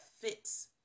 fits